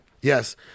yes